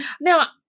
Now